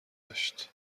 داشت